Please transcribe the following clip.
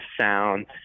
sound